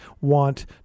want